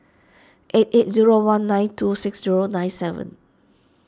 eight eight zero one nine two six zero nine seven